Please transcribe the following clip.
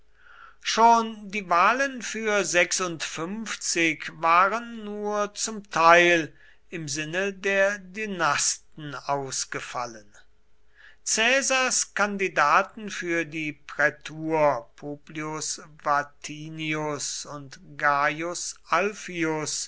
schon die wahlen für waren nur zum teil im sinne der dynasten ausgefallen caesars kandidaten für die prätur publius vatinius und